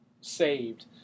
saved